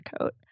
coat